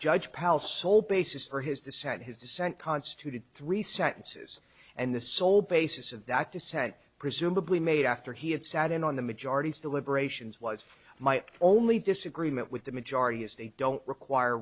judge pal sole basis for his dissent his dissent constituted three sentences and the sole basis of that dissent presumably made after he had sat in on the majority still liberations was my only disagreement with the majority is they don't require